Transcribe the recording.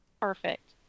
perfect